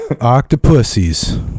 octopuses